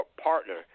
partner